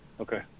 Okay